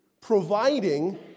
providing